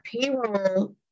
payroll